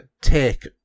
take